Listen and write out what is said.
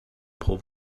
pro